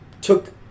took